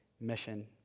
mission